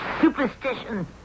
Superstition